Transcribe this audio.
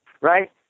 right